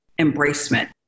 embracement